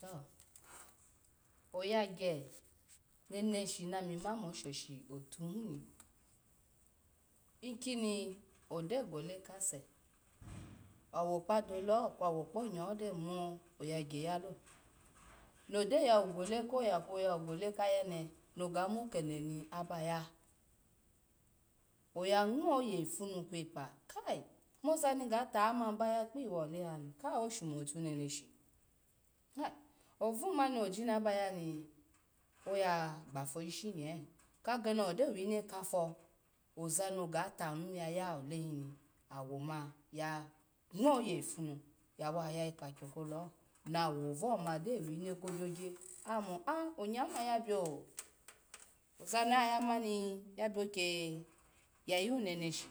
To oyagya neneshi na mima mo shoshi neneshi otuhini, ikini ogyo gole kase awo kpa dole ho kwo wo kpo nyaho gyo mo oyagya yalo, no gyo yawu gole ko ya kwo yawo gole ka yene, no ga mo kede na baniya, oya ngma oye ifunu kwo pa kai mozani gama wa ma abaya kpiwa ole hani oshumotu neneshi ka ovu ma ojina ba yani oya gbafo ishi nye kageni ogyo wine k fo, oza no ga ta nu yaya ole hini, owo ma ya ngma oye ifu nu ya wa ya ikpakio kole ho, nawo ovu gyo wine kogyoyya, a mo an onye hin ma yabian oza na ya mani ya bian oke ya yu neneshi,